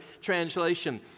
translation